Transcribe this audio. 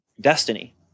destiny